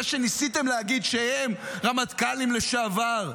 זה שניסיתם להגיד שהם רמטכ"לים לשעבר,